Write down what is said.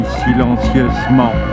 silencieusement